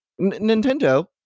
Nintendo